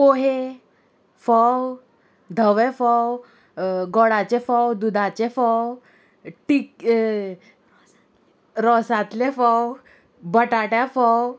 पोहे फोव धवे फोव गोडाचे फोव दुदाचे फोव टिक रोसांतले फोव बटाट्या फोव